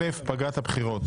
א.פגרת הבחירות.